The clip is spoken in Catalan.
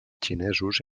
xinesos